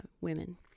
women